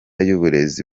y’uburezi